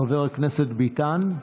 חבר הכנסת ביטן.